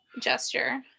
gesture